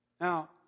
Now